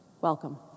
Welcome